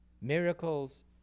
miracles